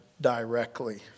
directly